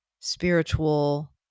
spiritual